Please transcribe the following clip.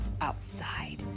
outside